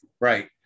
Right